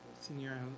senior